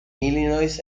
illinois